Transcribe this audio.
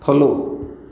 follow